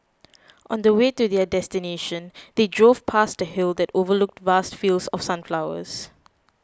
on the way to their destination they drove past a hill that overlooked vast fields of sunflowers